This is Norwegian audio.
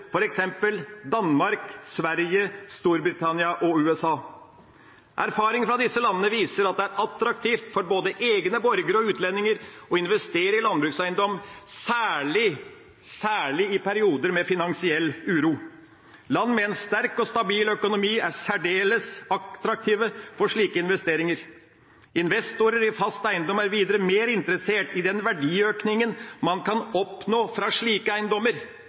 f.eks. Danmark, Sverige, Storbritannia og USA. Erfaring fra disse landene viser at det er attraktivt for både egne borgere og utlendinger å investere i landbrukseiendom, særlig i perioder med finansiell uro. Land med en sterk og stabil økonomi er særdeles attraktive for slike investeringer. Investorer i fast eiendom er videre mer interessert i den verdiøkningen man kan oppnå fra slike eiendommer,